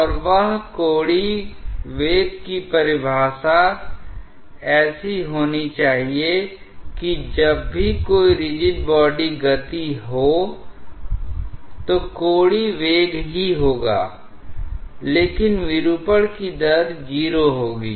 और वह कोणीय वेग की परिभाषा ऐसी होनी चाहिए कि जब भी कोई रिजिड बॉडी गति हो तो कोणीय वेग ही होगा लेकिन विरूपण की दर 0 होगी